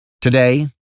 Today